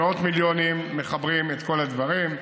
במאות מיליונים מחברים את כל הדברים.